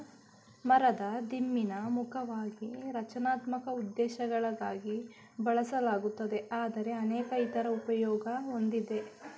ಮರದ ದಿಮ್ಮಿನ ಮುಖ್ಯವಾಗಿ ರಚನಾತ್ಮಕ ಉದ್ದೇಶಗಳಿಗಾಗಿ ಬಳಸಲಾಗುತ್ತದೆ ಆದರೆ ಅನೇಕ ಇತರ ಉಪಯೋಗ ಹೊಂದಿದೆ